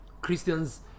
christians